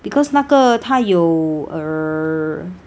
because 那个它有 err